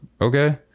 okay